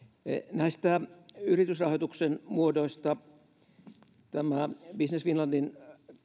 näistä yritysrahoituksen muodoista business finlandin